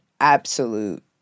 absolute